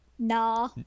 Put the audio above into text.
Nah